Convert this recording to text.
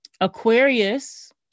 Aquarius